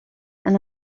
and